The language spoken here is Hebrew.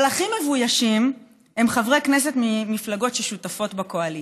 אבל הכי מבוישים הם חברי כנסת ממפלגות ששותפות בקואליציה,